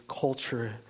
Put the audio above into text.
culture